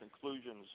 conclusions